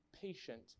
patient